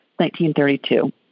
1932